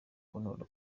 kuntora